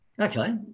okay